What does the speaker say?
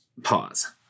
pause